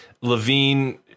Levine